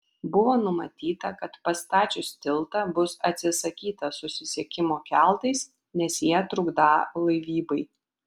buvo numatyta kad pastačius tiltą bus atsisakyta susisiekimo keltais nes jie trukdą laivybai